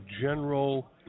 general